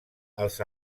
als